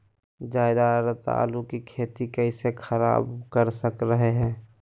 ज्यादा आद्रता आलू की खेती कैसे खराब कर रहे हैं?